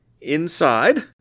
Inside